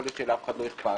יכול להיות שלאף אחד לא אכפת,